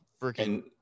freaking